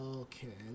okay